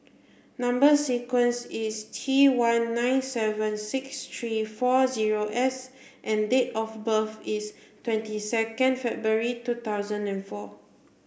number sequence is T one nine seven six three four zero S and date of birth is twenty second February two thousand and four